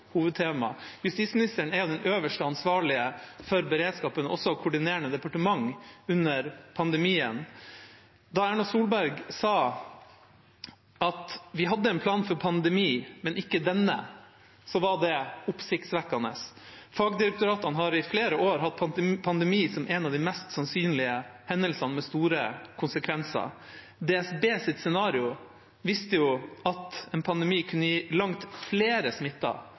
hovedtema. Justisministeren er den øverst ansvarlige for beredskapen, også koordinerende departement under pandemien. Da Erna Solberg sa at vi hadde en plan for pandemi, men ikke denne, var det oppsiktsvekkende. Fagdirektoratene har i flere år hatt pandemi som en av de mest sannsynlige hendelsene med store konsekvenser. DSBs scenario viste at en pandemi kunne gi langt flere